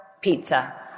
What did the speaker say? pizza